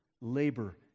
labor